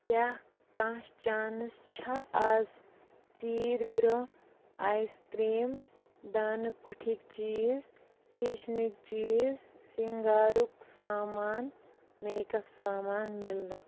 کیٛاہ کانٛہہ چانس چھا آز ژیٖرۍ برٛونٛہہ آیِس کرٛیٖم دانہٕ کُٹِھکۍ چیٖز کِچنٕکۍ چیٖز سِنٛگارُک سامان میکپ سامان مِلنُک؟